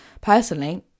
Personally